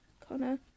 Connor